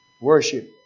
worship